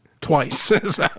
twice